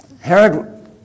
Herod